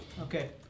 Okay